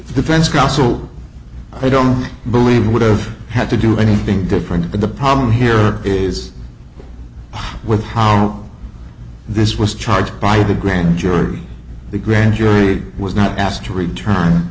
defense counsel i don't believe you would have had to do anything different but the problem here is with how this was charged by the grand jury the grand jury was not asked to return